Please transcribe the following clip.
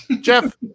Jeff